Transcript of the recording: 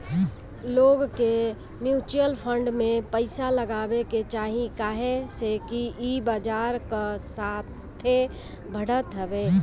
लोग के mutual fund में पइसा लगावे के चाही काहे से कि ई बजार कअ साथे बढ़त हवे